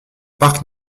parc